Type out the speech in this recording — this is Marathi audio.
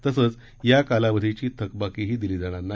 तसेच या कालावधीची थकबाकीही दिली जाणार नाही